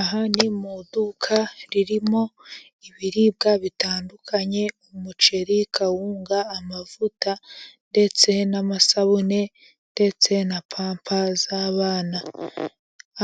Aha ni mu iduka ririmo ibiribwa bitandukanye umuceri, kawunga, amavuta, ndetse n'amasabune ,ndetse na pampa z'abana.